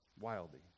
wildly